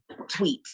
tweets